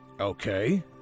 Okay